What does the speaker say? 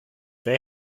wer